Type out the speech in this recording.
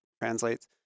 translates